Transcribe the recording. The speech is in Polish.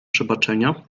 przebaczenia